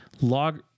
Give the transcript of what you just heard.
log